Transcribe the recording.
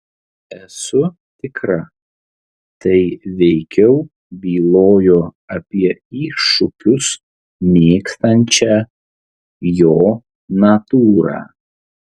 esu tikra tai veikiau bylojo apie iššūkius mėgstančią jo natūrą